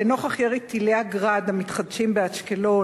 לנוכח ירי טילי ה"גראד" המתחדש באשקלון